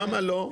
למה לא?